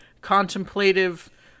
contemplative